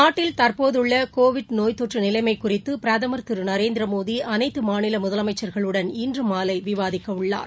நாட்டில் தற்போதுள்ளகோவிட் நோய் தொற்றுநிலைமைகுறித்துபிரதமர் திருநரேந்திரமோடி அனைத்தமாநிலமுதலமைச்சா்களுடன் இன்று மாலைவிவாதிக்கவுள்ளார்